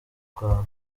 rwawe